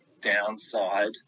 downside